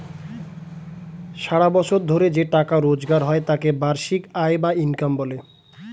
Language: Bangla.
সারা বছর ধরে যে টাকা রোজগার হয় তাকে বার্ষিক আয় বা ইনকাম বলে